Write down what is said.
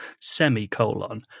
semicolon